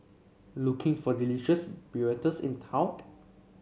looking for delicious burritos in